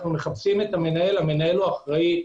המנהל הוא אחראי.